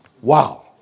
Wow